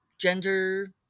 gender